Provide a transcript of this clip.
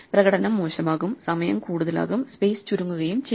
പ്രകടനം മോശമാകും സമയം കൂടുതലാകും സ്പേസ് ചുരുങ്ങുകയും ചെയ്യും